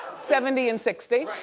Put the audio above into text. seventy and sixty.